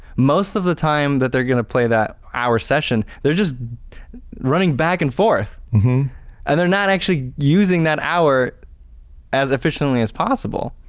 most of the time that they're going to play that hour session, they're just running back and forth and they're not actually using that hour as efficiently as possible.